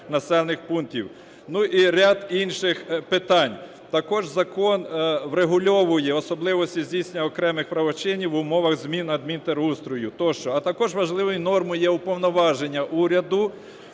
населених пунктів. Ну, і ряд інших питань. Також закон врегульовує особливості здійснення окремих правочинів в умовах змін адмінтерустрою, тощо, а також важливою нормою є уповноваження уряду